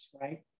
right